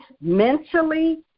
mentally